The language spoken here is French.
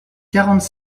quarante